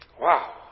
Wow